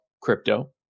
crypto